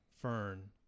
Fern